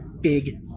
big